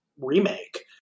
remake